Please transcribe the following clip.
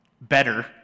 better